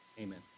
amen